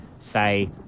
say